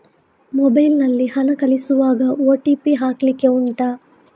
mobile ನಲ್ಲಿ ಹಣ ಕಳಿಸುವಾಗ ಓ.ಟಿ.ಪಿ ಹಾಕ್ಲಿಕ್ಕೆ ಉಂಟಾ